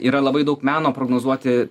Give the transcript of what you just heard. yra labai daug meno prognozuoti